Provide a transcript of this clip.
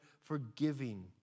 forgiving